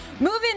Moving